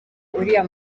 uriya